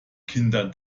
kinder